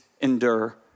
endure